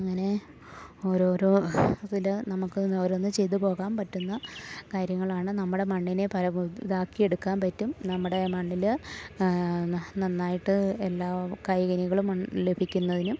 അങ്ങനെ ഓരോരോ ഇതിൽ നമുക്ക് ഓരോന്ന് ചെയ്തു പോകാൻ പറ്റുന്ന കാര്യങ്ങളാണ് നമ്മുടെ മണ്ണിനെ ഇതാക്കിയെടുക്കാൻ പറ്റും നമ്മുടെ മണ്ണിൽ നന്നായിട്ട് എല്ലാ കായ് കനികളും ലഭിക്കുന്നതിനും